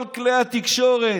כל כלי התקשורת